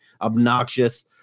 obnoxious